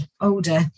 older